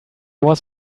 was